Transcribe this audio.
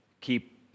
keep